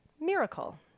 Miracle